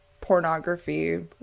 pornography